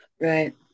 Right